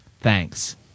Thanks